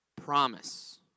Promise